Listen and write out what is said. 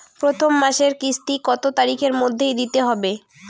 প্রথম মাসের কিস্তি কত তারিখের মধ্যেই দিতে হবে?